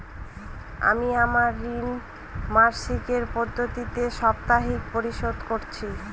আমি আমার ঋণ মাসিকের পরিবর্তে সাপ্তাহিক পরিশোধ করছি